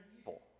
evil